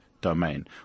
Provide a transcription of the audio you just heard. domain